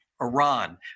Iran